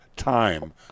time